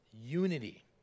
Unity